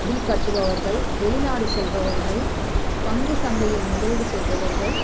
bill கட்டுபவர்கள் வெளிநாடு செல்பவர்கள் பங்கு சந்தையில் முதலீடு செய்பவர்கள்